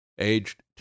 aged